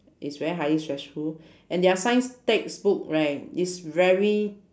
it's very highly stressful and their science textbook right is very